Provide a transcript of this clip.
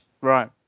Right